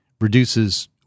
reduces